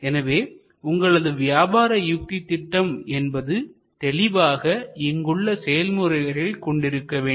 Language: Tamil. எனவே உங்களது வியாபார யுக்தி திட்டம் என்பது தெளிவாக இங்குள்ள செயல்முறைகளை கொண்டிருக்க வேண்டும்